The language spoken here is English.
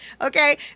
Okay